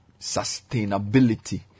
sustainability